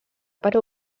per